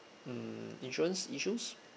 mm insurance issues